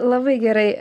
labai gerai